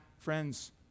Friends